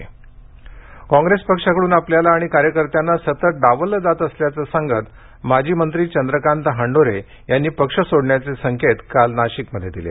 हंडोरे नाशिक काँग्रेस पक्षाकडून आपल्याला आणि कार्यकर्त्यांना सतत डावललं जात असल्याचं सांगत माजी मंत्री चंद्रकांत हंडोरे यांनी पक्ष सोडण्याचे संकेत काल नाशिकमध्ये दिले